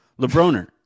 lebroner